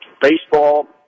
baseball